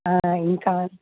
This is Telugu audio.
ఇంకా